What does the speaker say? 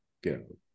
go